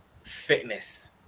fitness